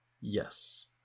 yes